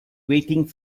waiting